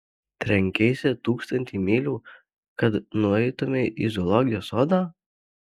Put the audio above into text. trenkeisi tūkstantį mylių kad nueitumei į zoologijos sodą